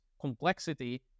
complexity